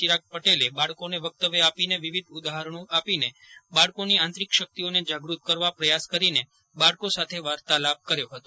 ચિરાગ પટેલે બાળકોને વક્તવ્ય આપીને વિવિધ ઉદાહરણો આપીને બાળકોની આંતરિક શક્તિઓને જાગૃત કરવા પ્રથાસ કરીને બાળકો સાથે વાર્તાલાપ કર્યો હતો